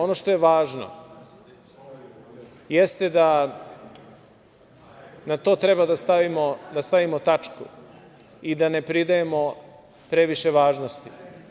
Ono što je važno jeste da na to treba da stavimo tačku i da ne pridajemo previše važnosti.